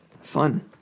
Fun